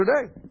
today